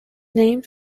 named